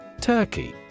Turkey